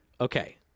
okay